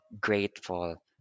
grateful